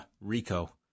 Rico